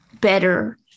better